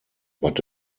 but